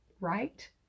right